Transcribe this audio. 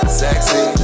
sexy